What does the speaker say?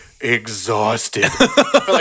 exhausted